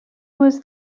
was